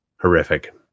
horrific